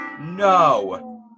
No